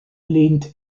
lehnt